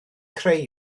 creu